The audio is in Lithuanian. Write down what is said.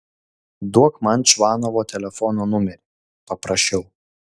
duok man čvanovo telefono numerį paprašiau